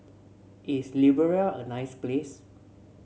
is Liberia a nice place